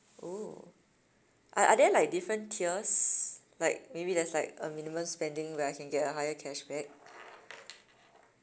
oh are are like different tiers like maybe there's like a minimum spending where I can get a higher cashback